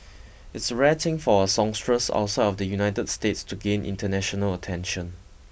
it's a rare thing for a songstress outside of the United States to gain international attention